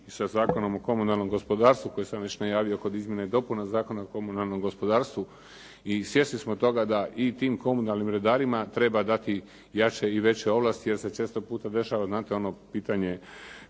ići sa Zakonom o komunalnom gospodarstvu koji sam već najavio kod izmjena i dopuna Zakona o komunalnom gospodarstvu i svjesni smo toga da i tim komunalnim redarima treba dati jače i veće ovlasti, jer se često puta dešava znate ono pitanje